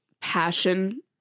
passion